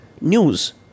news